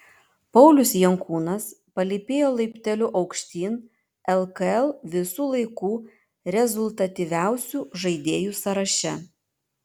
paulius jankūnas palypėjo laipteliu aukštyn lkl visų laikų rezultatyviausių žaidėjų sąraše